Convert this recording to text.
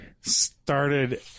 started